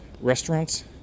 restaurants